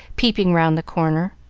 peeping round the corner.